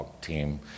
team